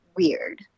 weird